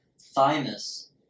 thymus